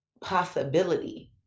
possibility